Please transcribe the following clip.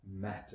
matter